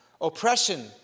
Oppression